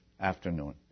afternoon